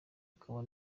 akaba